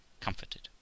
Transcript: comforted